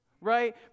right